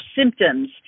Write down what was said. symptoms